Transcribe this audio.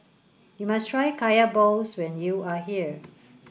you must try Kaya Balls when you are here